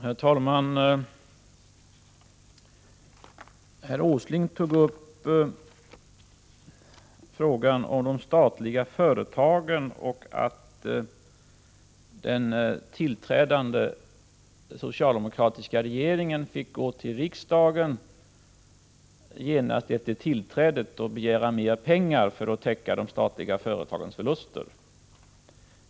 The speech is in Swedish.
Herr talman! Herr Åsling tog upp frågan om de statliga företagen och sade att den tillträdande socialdemokratiska regeringen fick gå till riksdagen genast efter sitt tillträde och begära mera pengar för att täcka de statliga företagens förluster.